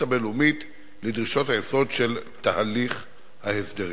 הבין-לאומית לדרישות היסוד של תהליך ההסדרים.